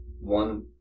one